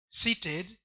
seated